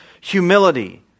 humility